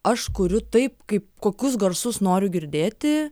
aš kuriu taip kaip kokius garsus noriu girdėti